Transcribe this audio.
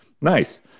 nice